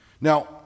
Now